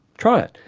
try it.